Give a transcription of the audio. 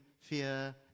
fear